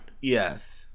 Yes